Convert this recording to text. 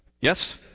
Yes